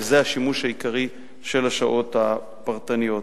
וזה השימוש העיקרי של השעות הפרטניות.